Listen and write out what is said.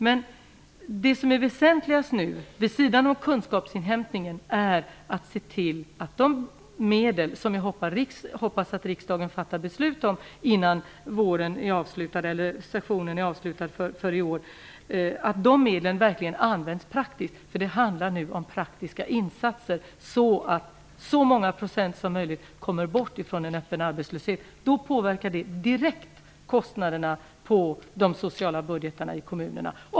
Men det som nu är väsentligast, vid sidan av kunskapsinhämtningen, är att se till att de medel som vi hoppas att riksdagen fattar beslut om innan sessionen avslutas för i år verkligen används praktiskt. Nu handlar det nämligen om praktiska insatser för att så många procent som möjligt kommer bort från den öppna arbetslösheten, vilket direkt påverkar kostnaderna i kommunernas sociala budgetar.